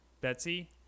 Betsy